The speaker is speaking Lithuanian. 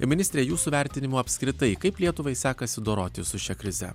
ir ministre jūsų vertinimu apskritai kaip lietuvai sekasi dorotis su šia krize